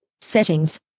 Settings